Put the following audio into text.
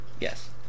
yes